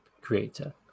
creator